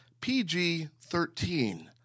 PG-13